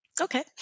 Okay